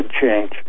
change